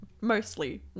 mostly